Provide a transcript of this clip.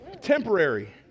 Temporary